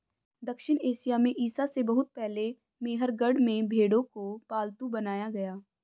दक्षिण एशिया में ईसा से बहुत पहले मेहरगढ़ में भेंड़ों को पालतू बनाया गया